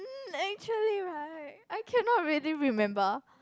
actually right I cannot really remember